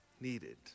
needed